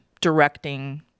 directing